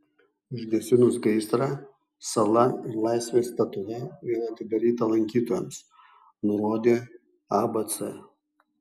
užgesinus gaisrą sala ir laisvės statula vėl atidaryta lankytojams nurodė abc